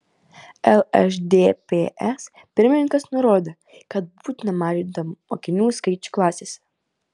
lšdps pirmininkas nurodė kad būtina mažinti mokinių skaičių klasėse